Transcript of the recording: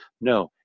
no